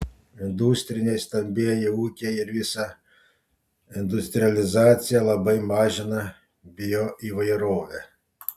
industriniai stambieji ūkiai ir visa industrializacija labai mažina bioįvairovę